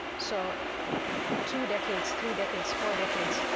so two decades, three decades, four decades,